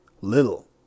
little